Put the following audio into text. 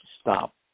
stop